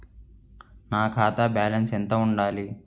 నా ఖాతా బ్యాలెన్స్ ఎంత ఉండాలి?